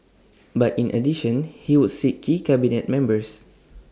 but in addition he would see key cabinet members